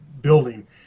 building